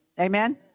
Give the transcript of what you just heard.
Amen